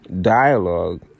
dialogue